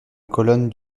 colonne